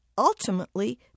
Ultimately